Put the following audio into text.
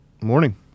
Morning